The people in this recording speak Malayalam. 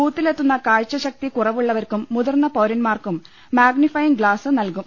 ബൂത്തിലെത്തുന്ന കാഴ്ചശക്തി കുറവുള്ളവർക്കും മുതിർന്ന പൌരന്മാർക്കും മാഗ്നിഫയിങ് ഗ്ലാസ് നൽകും